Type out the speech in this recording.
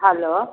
hello